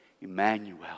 Emmanuel